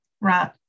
Right